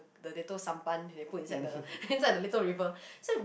the little sampan they put inside the inside the little river